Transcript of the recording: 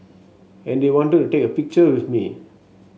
and they wanted to take a picture with me